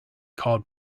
called